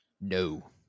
no